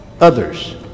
others